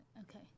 Okay